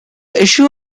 issue